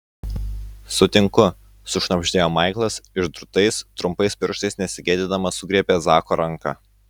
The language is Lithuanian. sutinku sušnabždėjo maiklas ir drūtais trumpais pirštais nesigėdydamas sugriebė zako ranką